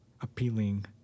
appealing